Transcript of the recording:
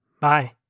Bye